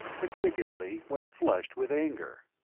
particularly when flushed with anger.